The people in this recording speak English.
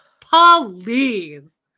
Please